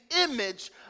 image